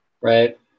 right